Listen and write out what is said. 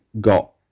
got